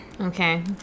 Okay